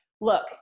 look